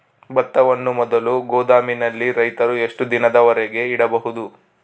ಭತ್ತವನ್ನು ಮೊದಲು ಗೋದಾಮಿನಲ್ಲಿ ರೈತರು ಎಷ್ಟು ದಿನದವರೆಗೆ ಇಡಬಹುದು?